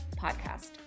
Podcast